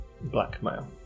blackmail